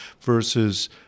versus